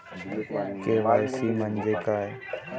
KYC म्हंजे काय?